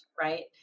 right